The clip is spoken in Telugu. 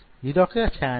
ఇది ఒక ఛానల్